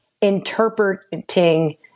interpreting